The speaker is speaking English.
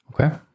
Okay